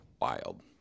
wild